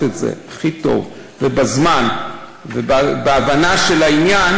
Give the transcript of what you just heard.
את זה הכי טוב ובזמן ובהבנה של העניין,